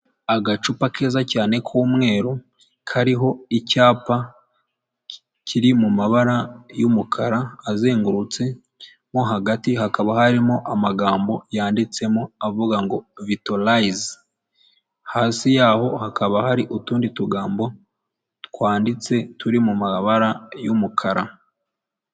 Agacupa keza cyane k'umweru kariho icyapa kiri mabara y'umukara azengurutse mo hagati hakaba harimo amagambo yanditsemo avuga ngo vitorayise, hasi yaho hakaba hari utundi tugambo twanditse turi mu mabara y'umukara.